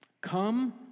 come